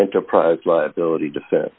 enterprise liability defense